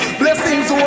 blessings